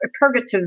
purgative